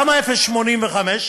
למה 0.85?